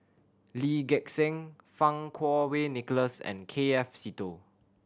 Lee Gek Seng Fang Kuo Wei Nicholas and K F Seetoh